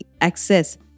access